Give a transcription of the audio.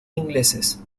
ingleses